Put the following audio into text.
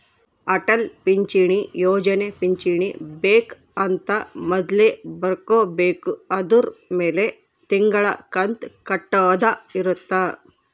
ಅಟಲ್ ಪಿಂಚಣಿ ಯೋಜನೆ ಪಿಂಚಣಿ ಬೆಕ್ ಅಂತ ಮೊದ್ಲೇ ಬರ್ಕೊಬೇಕು ಅದುರ್ ಮೆಲೆ ತಿಂಗಳ ಕಂತು ಕಟ್ಟೊದ ಇರುತ್ತ